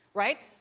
right?